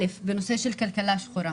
בנושא של כלכלה שחורה,